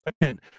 Again